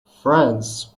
france